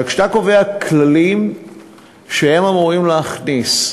אבל כשאתה קובע כללים שאמורים להכניס,